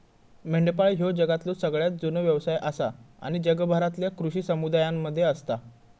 मेंढपाळ ह्यो जगातलो सगळ्यात जुनो व्यवसाय आसा आणि जगभरातल्या कृषी समुदायांमध्ये असता